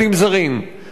אדוני היושב-ראש,